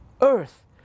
earth